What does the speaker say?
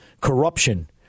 corruption